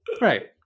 right